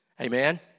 Amen